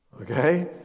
Okay